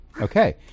Okay